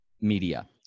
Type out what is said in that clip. media